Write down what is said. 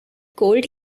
cold